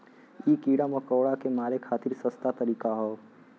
इ कीड़ा मकोड़ा के मारे खातिर सस्ता तरीका हौ